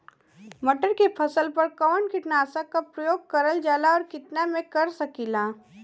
मटर के फसल पर कवन कीटनाशक क प्रयोग करल जाला और कितना में कर सकीला?